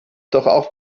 auch